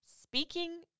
Speaking